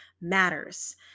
matters